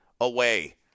away